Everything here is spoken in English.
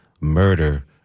murder